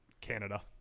Canada